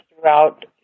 throughout